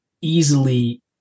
easily